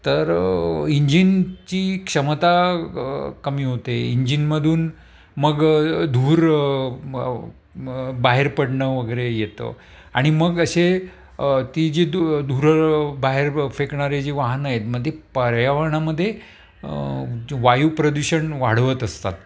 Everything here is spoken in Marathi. तर इंजिनची क्षमता कमी होते इंजिनमधून मग धूर बाहेर पडणं वगैरे येतं आणि मग अशे ती जी दू धूर बाहेर फेकणारे जी वाहनं आहेत मं ते पर्यावरणामधे वायुप्रदूषण वाढवत असतात